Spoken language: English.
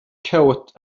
coat